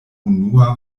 unua